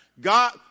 God